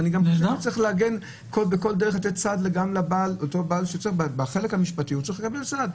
ואני חושב שצריך להגן ובכל דרך לתת סעד בחלק המשפטי גם לבעל.